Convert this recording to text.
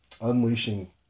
Unleashing